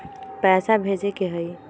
पैसा भेजे के हाइ?